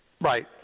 right